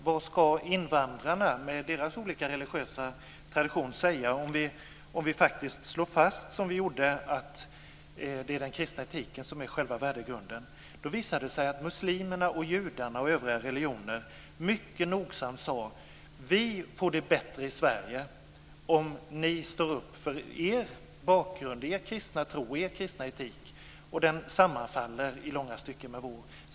Vad ska invandrarna med sina olika religiösa traditioner säga om vi faktiskt slår fast, vilket vi också gjorde, att det är den kristna etiken som är själva värdegrunden? Då visade det sig att man från muslimerna, judarna och från övriga religioner mycket nogsamt sade: Vi får det bättre i Sverige om ni står upp för er bakgrund, er kristna tro och er kristna etik. Den sammanfaller i långa stycken med vår.